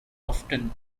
often